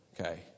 okay